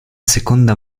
seconda